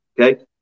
Okay